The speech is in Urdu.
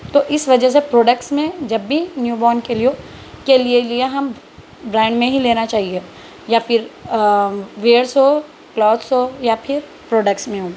تو اس وجہ سے پروڈکس میں جب بھی نیو بورن کے لیے کے لیے لیا ہم برینڈ میں ہی لینا چاہیے یا پھر ویئرس ہو کلوتھس ہو یا پھر پروڈکس میں ہو